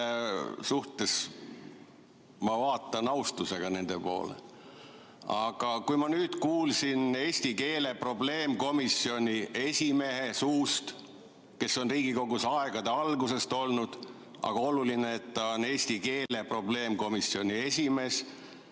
poole ma vaatan austusega. Nüüd ma kuulsin eesti keele probleemkomisjoni esimehe suust – kes on Riigikogus aegade algusest olnud, aga oluline, et ta on eesti keele probleemkomisjoni esimees